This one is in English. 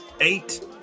Eight